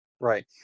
Right